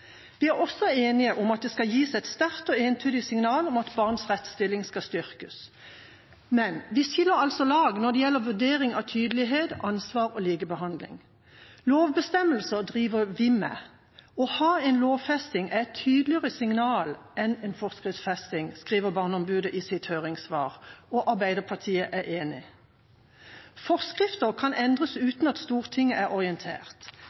Vi er også enige om at det skal gis et sterkt og entydig signal om at barns rettsstilling skal styrkes. Men vi skiller altså lag når det gjelder vurdering av tydelighet, ansvar og likebehandling. Lovbestemmelser driver vi med. Barneombudet sier i sitt høringssvar at å ha en lovfesting er et tydeligere signal enn en forskriftsfesting. Arbeiderpartiet er enig. Forskrifter kan endres uten at Stortinget er orientert.